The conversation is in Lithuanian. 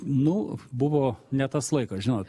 nu buvo ne tas laikas žinot